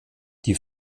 die